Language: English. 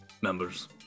members